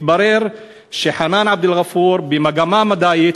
מתברר שחנאן עבד אלע'פור מצטיינת במגמה מדעית,